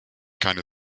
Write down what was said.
keine